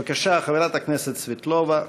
בבקשה, חברת הכנסת סבטלובה,